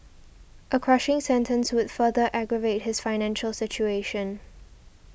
a crushing sentence would further aggravate his financial situation